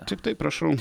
taip taip prašau